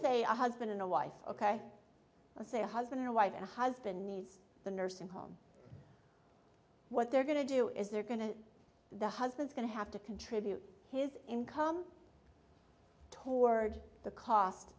say a husband and a wife ok let's say a husband or wife and husband needs the nursing home what they're going to do is they're going to the husband's going to have to contribute his income toward the cost